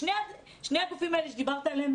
שני הגופים האלה שדיברת עליהם,